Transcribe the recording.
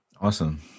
Awesome